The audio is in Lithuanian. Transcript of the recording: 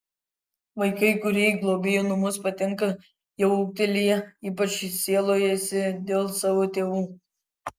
vaikai kurie į globėjų namus patenka jau ūgtelėję ypač sielojasi dėl savo tėvų